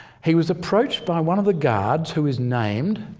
he was approached by one of the guards who is named.